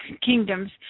kingdoms